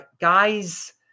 guys